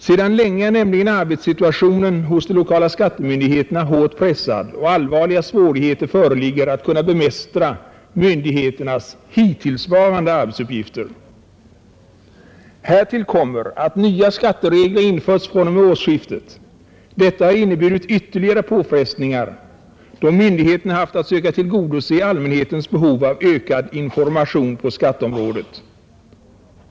Sedan länge är nämligen arbetssituationen hos de lokala skattemyndigheterna hårt pressad, och allvarliga svårigheter föreligger att kunna bemästra myndigheternas hittillsvarande arbetsuppgifter. Här tillkommer att nya skatteregler införts fr.o.m., årsskiftet. Detta har inneburit ytterligare påfrestningar, då myndigheterna haft att söka tillgodose allmänhetens behov av ökad information på skatteområdet.